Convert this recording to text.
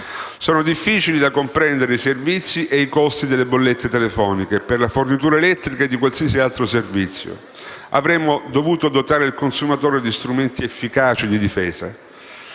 Sono difficili da comprendere i servizi e i costi delle bollette telefoniche, per la fornitura elettrica e di qualsiasi altro servizio. Avremmo dovuto dotare il consumatore di strumenti efficaci di difesa.